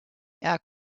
air